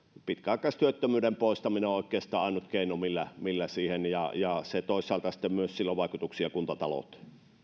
pitkäaikaistyöttömyyden poistaminen on on oikeastaan ainut keino millä siihen päästään ja toisaalta sitten myös sillä on vaikutuksia kuntatalouteen